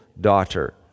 daughter